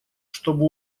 чтобы